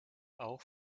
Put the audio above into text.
auch